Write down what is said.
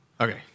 Okay